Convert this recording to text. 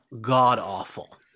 god-awful